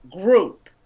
group